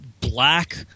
black